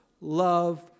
love